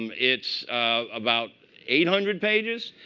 um it's about eight hundred pages.